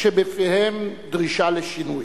כשבפיהם דרישה לשינוי.